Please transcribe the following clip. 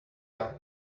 out